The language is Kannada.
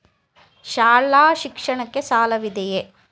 ಶಾಲಾ ಶಿಕ್ಷಣಕ್ಕೆ ಸಾಲವಿದೆಯೇ?